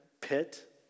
pit